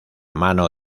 mano